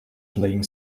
playing